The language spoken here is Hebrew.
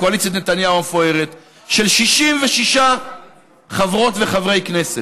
קואליציית נתניהו המפוארת של 66 חברות וחברי כנסת,